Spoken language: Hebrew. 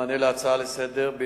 מענה על הצעה לסדר-היום